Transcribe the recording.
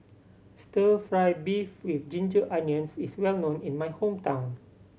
Stir Fry beef with ginger onions is well known in my hometown